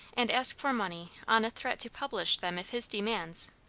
and ask for money on a threat to publish them if his demands,